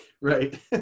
Right